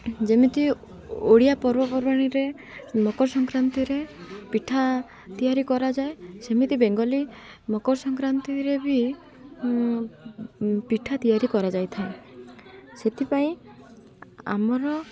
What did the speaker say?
ଯେମିତି ଓଡ଼ିଆ ପର୍ବପର୍ବାଣିରେ ମକର ସଂକ୍ରାନ୍ତିରେ ପିଠା ତିଆରି କରାଯାଏ ସେମିତି ବେଙ୍ଗଲୀ ମକର ସଂକ୍ରାନ୍ତିରେ ବି ପିଠା ତିଆରି କରାଯାଇଥାଏ ସେଥିପାଇଁ ଆମର